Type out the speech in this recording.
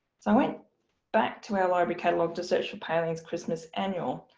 so i went back to our library catalogue to search for palings christmas annual.